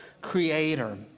creator